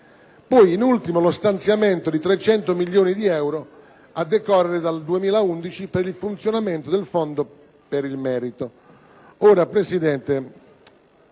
si prevede lo stanziamento di 300 milioni di euro a decorrere dal 2011 per il funzionamento del Fondo per il merito.